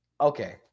Okay